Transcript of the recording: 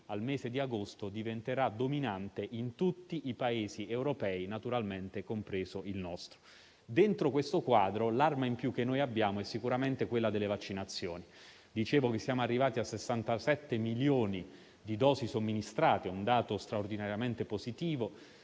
al mese di agosto, diventerà dominante in tutti i Paesi europei, compreso naturalmente il nostro. Dentro questo quadro, l'arma in più che abbiamo è sicuramente quella delle vaccinazioni. Dicevo che siamo arrivati a 67 milioni di dosi somministrate, che è un dato straordinariamente positivo.